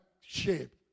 shape